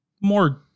more